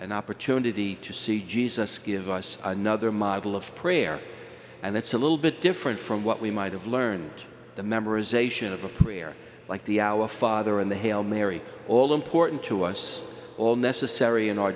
an opportunity to see jesus give us another model of prayer and that's a little bit different from what we might have learned the memorization of a prayer like the our father and the hail mary all important to us all necessary in our